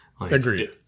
Agreed